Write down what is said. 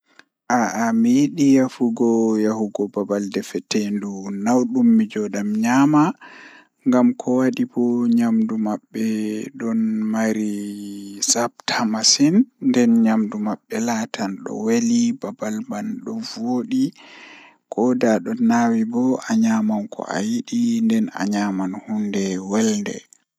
Eey, Konngol aduna waɗataa ɗabbiraaɗe sooytaa so a semmbude, A foti njaaɓnirde waɗi, ɗi yamiraade ɗi, Ɗi leeɓde, Ɗi huutoraade e ɗi naatude maa ɗi famɗe dow, Ko nde njogita semmbugol maa, Ko waɗi nde a fami waɗude caɗeele, Nder laamu e njogorde, Ɗuum woodani ko waɗata e waɗal maa ko a soowoo majji e sooyte nde.